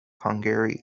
hungary